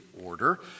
order